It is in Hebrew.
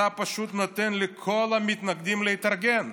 אתה פשוט נותן לכל המתנגדים להתארגן.